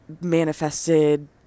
manifested